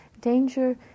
Danger